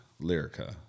Lyrica